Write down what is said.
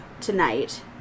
tonight